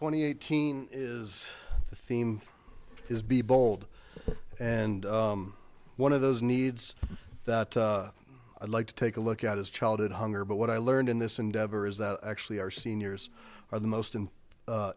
twenty eighteen is the theme is be bold and one of those needs that i'd like to take a look at is childhood hunger but what i learned in this endeavor is that actually our seniors are the most